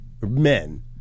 men